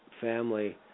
family